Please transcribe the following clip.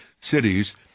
cities